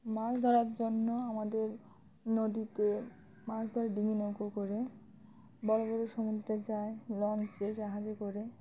মাছ ধরার জন্য আমাদের নদীতে মাছ ধরে ডিঙি নৌকো করে বড় বড় সমুদ্রে যায় লঞ্চে জাহাজে করে